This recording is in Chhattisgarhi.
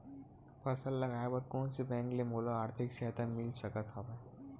फसल लगाये बर कोन से बैंक ले मोला आर्थिक सहायता मिल सकत हवय?